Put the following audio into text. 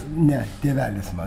ne tėvelis mano